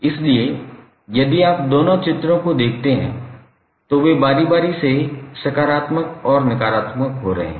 इसलिए यदि आप दोनों चित्र को देखते हैं तो वे बारी बारी से से सकारात्मक और नकारात्मक हो रहे हैं